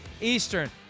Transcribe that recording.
eastern